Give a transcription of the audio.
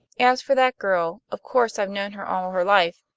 as for that girl, of course i've known her all her life,